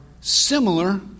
similar